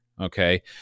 Okay